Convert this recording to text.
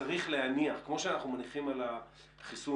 כמו שאנחנו מניחים על החיסון,